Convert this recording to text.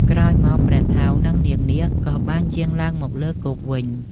ក្រោយមក ព្រះថោង និងនាងនាគ ក៏បានយាងឡើងមកលើគោកវិញ។